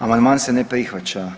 Amandman se ne prihvaća.